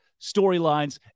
storylines